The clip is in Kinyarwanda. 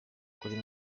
kurema